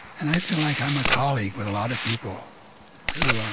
and i feel like i'm a colleague with a lot of people who ah